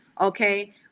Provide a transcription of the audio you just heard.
Okay